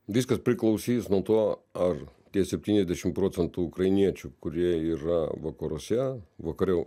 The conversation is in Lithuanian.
viskas priklausys nuo to ar tie septyniasdešim procentų ukrainiečių kurie yra vakaruose vakariau